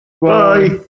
Bye